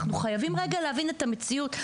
אנחנו חייבים להבין את המציאות.